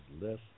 less